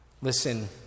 Listen